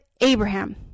Abraham